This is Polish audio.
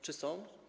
Czy są?